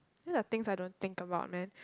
these are things I don't think about man